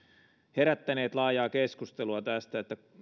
herättäneet laajaa keskustelua tästä